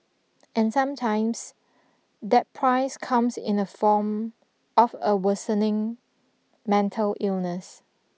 and sometimes that price comes in the form of a worsening mental illness